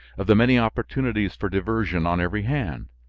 of the many opportunities for diversion on every hand.